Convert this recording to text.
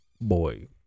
boy